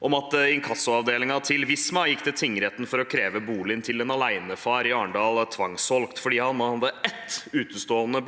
om at inkassoavdelingen til Visma gikk til tingretten for å kreve boligen til en alenefar i Arendal tvangssolgt fordi han hadde en utestående